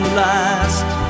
last